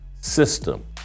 system